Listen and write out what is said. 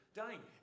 dying